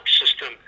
system